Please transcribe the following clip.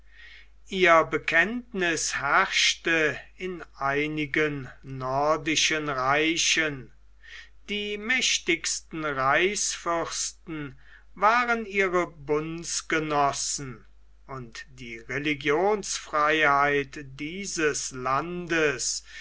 ihr bekenntniß herrschte in einigen nordischen reichen die mächtigsten reichsfürsten waren ihre bundesgenossen und die religionsfreiheit dieses landes